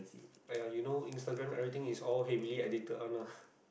!aiya! you know Instagram everything is all heavily edited one lah